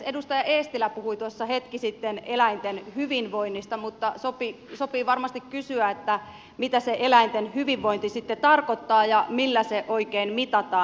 edustaja eestilä puhui tuossa hetki sitten eläinten hyvinvoinnista mutta sopii varmasti kysyä mitä se eläinten hyvinvointi sitten tarkoittaa ja millä se oikein mitataan